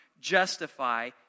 justify